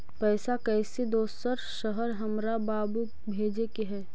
पैसा कैसै दोसर शहर हमरा बाबू भेजे के है?